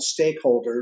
stakeholders